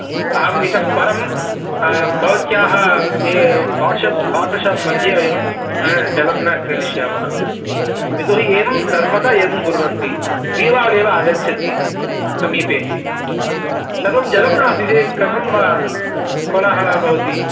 अहम् इतः परं भवत्याः ये वाट्सप् वाटर् शाप् मध्ये वयं जलं न क्रीणिष्यामः यतो हि एवं सर्वदा एवं कुर्वन्ति दीपावालि एव आगच्छति समीपे सर्वं जलं नास्ति चेत् कथं वा कोलाहलः भवति